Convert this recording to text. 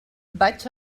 vaig